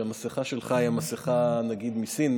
המסכה שלך היא מסכה מסין,